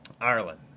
Ireland